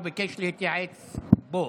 הוא ביקש להתייעץ פה.